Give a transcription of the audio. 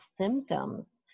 symptoms